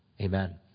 Amen